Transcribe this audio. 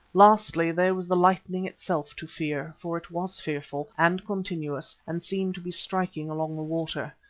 lastly there was the lightning itself to fear, for it was fearful and continuous and seemed to be striking along the water.